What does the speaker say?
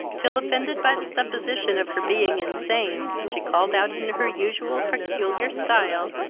till, offended by the supposition of her being insane, she called out in her usual peculiar stile,